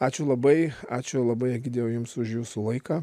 ačiū labai ačiū labai egidijau jums už jūsų laiką